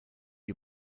you